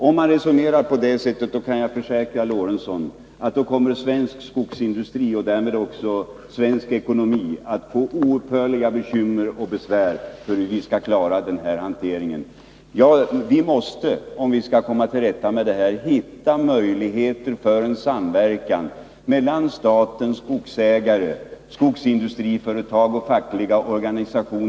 Om man resonerar på det sättet kommer svensk skogsindustri, och därmed också svensk ekonomi, att få oupphörliga bekymmer och besvär med att klara den här hanteringen, det kan jag försäkra herr Lorentzon. Om vi skall komma till rätta med de här problemen måste vi hitta möjligheter för en samverkan mellan staten, skogsägarna, skogsindustriföretagen och de fackliga organisationerna.